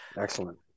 Excellent